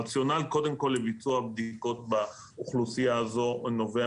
הרציונל קודם כל לביצוע בדיקות באוכלוסייה הזו נובע